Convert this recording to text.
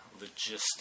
logistics